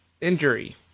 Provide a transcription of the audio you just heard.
injury